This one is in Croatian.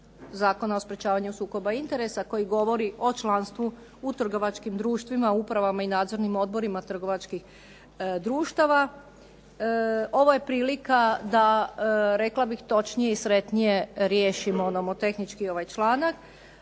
Zakona o sprečavanju sukoba interesa koji govori o članstvu u trgovačkim društvima, upravama i nadzornim odborima trgovačkih društava, ovo je prilika rekla bih točnije i sretnije riješimo nomotehnički ovaj članak.